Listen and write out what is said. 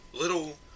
little